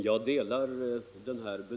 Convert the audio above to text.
närs ställning enligt Herr talman!